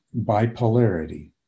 bipolarity